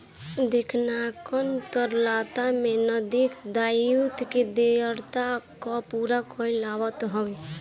लेखांकन तरलता में नगदी दायित्व के देयता कअ पूरा कईल आवत हवे